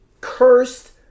cursed